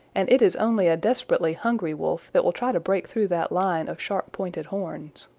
and it is only a desperately hungry wolf that will try to break through that line of sharp-pointed horns.